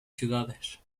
ciudades